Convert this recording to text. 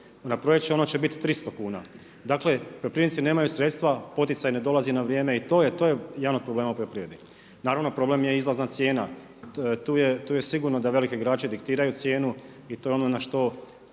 Na proljeće ono će biti 300 kuna. Dakle poljoprivrednici nemaju sredstva, poticaj ne dolazi na vrijeme i to je jedan od problema poljoprivrednika. Naravno problem je i izlazna cijena. Tu je sigurno da veliki igrači diktiraju cijenu i to je ono na što